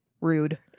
Rude